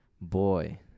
boy